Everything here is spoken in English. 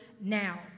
now